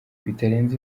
bitarenze